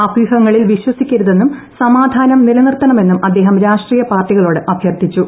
അഭ്യൂഹങ്ങളിൽ വിശ്വസിക്കരുതെന്നും സമാധാനം നിലനിർത്തണമെന്നും അദ്ദേഹം രാഷ്ട്രീയ പാർട്ടികളോട് അഭ്യർത്ഥിച്ചു